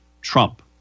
Trump